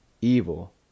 evil